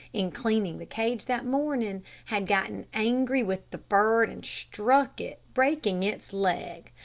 in cleaning the cage that morning, had gotten angry with the bird and struck it, breaking its leg.